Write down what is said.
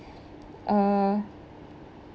uh